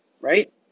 Right